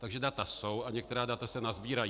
Takže data jsou a některá data se nasbírají.